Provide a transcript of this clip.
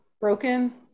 broken